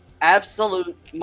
Absolute